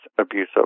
abusive